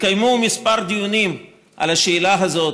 התקיימו כמה דיונים על השאלה הזאת,